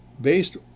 based